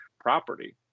property